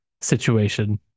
situation